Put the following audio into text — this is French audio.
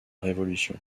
révolution